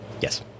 Yes